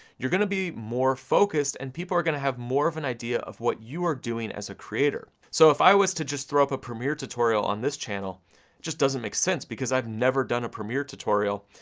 you're gonna be more focused, and people are gonna have more of an idea of what you are doing as a creator. so if i was to just throw up a premiere tutorial on this channel, it just doesn't make sense, because i've never done a premiere tutorial,